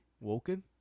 Woken